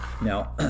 Now